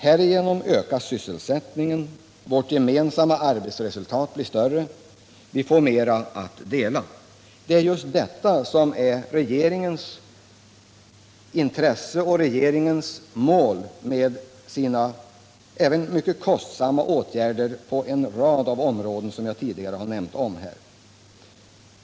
Härigenom ökas sysselsättningen, vårt gemensamma arbetsresultat blir bättre, vi får mer att dela. Det är just detta som är regeringens mål för de mycket kostsamma åtgärder på en rad områden som jag tidigare nämnt.